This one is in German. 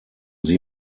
sie